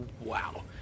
wow